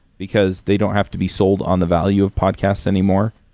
because they don't have to be sold on the value of podcasts anymore.